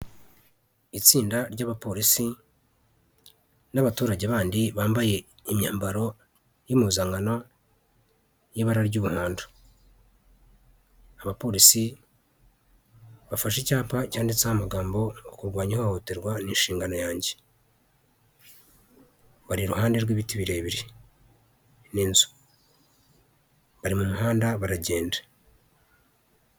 Itsinda ry'Abapolisi n'abaturage bandi bambaye imyambaro y'impuzankano y'ibara ry'umuhondo, Abapolisi bafashe icyapa cyanditseho amagambo ngo "kurwanya ihohoterwa ni inshingano yange, bari iruhande rw'ibiti birebire n'inzu, bari mu muhanda baragenda.